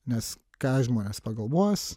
nes ką žmonės pagalvos